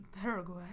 paraguay